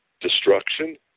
destruction